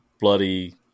bloody